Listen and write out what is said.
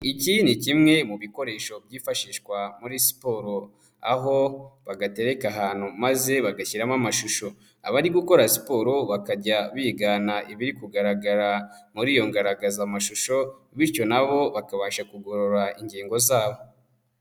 Iki ni kimwe mu bikoresho byifashishwa muri siporo. Aho bagatereka ahantu maze bagashyiramo amashusho. Abari gukora siporo bakajya bigana ibiri kugaragara muri iyo ngaragazamashusho bityo na bo bakabasha kugorora ingingo zabo.